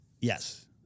Yes